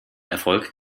erfolg